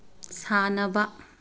ꯁꯥꯅꯕ